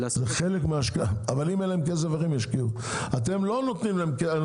אבל אם אין להם כסף, איך הם ישקיעו?